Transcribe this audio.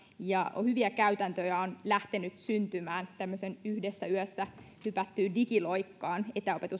ja hyviä käytäntöjä on lähtenyt syntymään tämmöiseen yhdessä yössä hypättyyn digiloikkaan